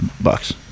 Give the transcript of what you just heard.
Bucks